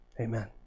Amen